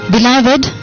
Beloved